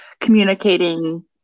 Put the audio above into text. communicating